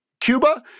Cuba